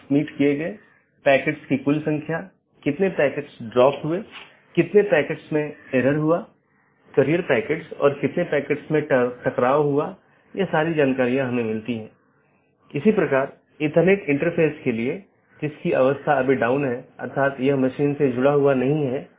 त्रुटि स्थितियों की सूचना एक BGP डिवाइस त्रुटि का निरीक्षण कर सकती है जो एक सहकर्मी से कनेक्शन को प्रभावित करने वाली त्रुटि स्थिति का निरीक्षण करती है